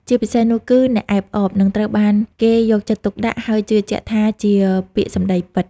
ជាពិសេសនោះគឺ អ្នកអែបអប និងត្រូវបានគេយកចិត្តទុកដាក់ ហើយជឿជាក់ថាជាពាក្យសម្ដីពិត។